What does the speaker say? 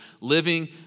living